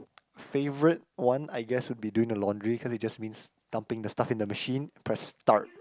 favourite one I guess would be doing the laundry cause it just means dumping the stuff in the machine press start